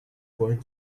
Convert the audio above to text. going